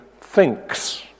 thinks